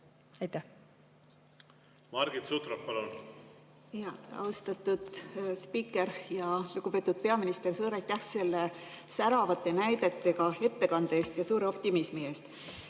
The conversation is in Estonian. Margit Sutrop, palun! Austatud spiiker! Lugupeetud peaminister! Suur aitäh selle säravate näidetega ettekande eest ja suure optimismi eest!